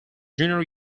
junior